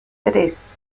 tres